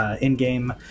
in-game